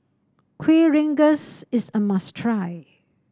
Kueh Rengas is a must try